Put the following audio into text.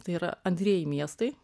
tai yra antrieji miestai